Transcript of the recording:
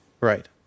Right